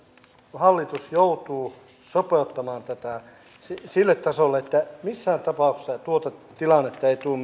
hallitus joutuu sopeuttamaan tätä sille tasolle että missään tapauksessa tuota tilannetta ei tule